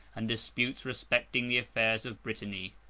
and disputes respecting the affairs of brittany.